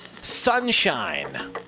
Sunshine